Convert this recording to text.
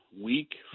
week